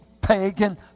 pagan